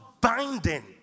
binding